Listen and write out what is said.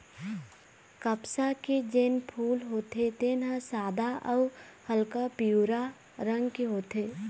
कपसा के जेन फूल होथे तेन ह सादा अउ हल्का पीवरा रंग के होथे